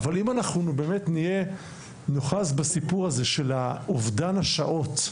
אבל אם אנחנו באמת נאחז בסיפור הזה של אובדן השעות,